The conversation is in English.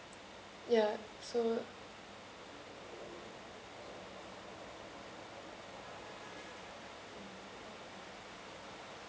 ya so